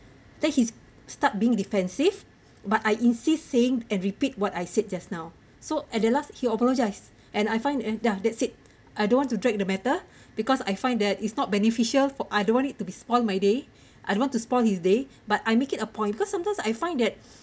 then he's start being defensive but I insist saying and repeat what I said just now so at the last he apologised and I find and that's it I don't want to drag the matter because I find that is not beneficial for I don't want it to be spoilt my day I don't want to spoil his day but I make it a point because sometimes I find that